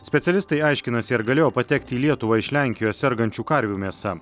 specialistai aiškinasi ar galėjo patekti į lietuvą iš lenkijos sergančių karvių mėsa